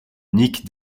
nic